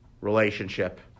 relationship